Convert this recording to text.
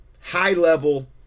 high-level